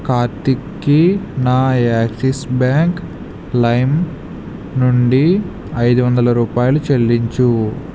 కార్తిక్కి నా Axis Bank లైమ్ నుండి ఐదు వందల రూపాయలు చెల్లించు